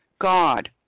God